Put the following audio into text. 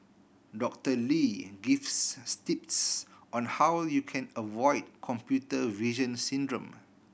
Doctor Lee gives tips on how you can avoid computer vision syndrome